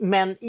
Men